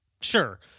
Sure